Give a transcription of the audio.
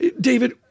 David